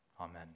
amen